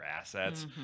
assets